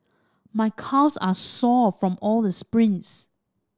my calves are sore from all the sprints